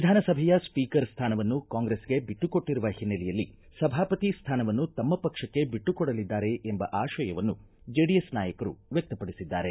ವಿಧಾನಸಭೆಯ ಸ್ವೀಕರ್ ಸ್ವಾನವನ್ನು ಕಾಂಗ್ರೆಸ್ಗೆ ಬಿಟ್ಟು ಕೊಟ್ಟರುವ ಹಿನ್ನೆಲೆಯಲ್ಲಿ ಸಭಾಪತಿ ಸ್ವಾನವನ್ನು ತಮ್ಮ ಪಕ್ಷಕ್ಕೆ ಬಿಟ್ಟುಕೊಡಲಿದ್ದಾರೆ ಎಂಬ ಆಶಯವನ್ನು ಜೆಡಿಎಸ್ ನಾಯಕರು ವ್ವಕ್ತಪಡಿಸಿದ್ದಾರೆ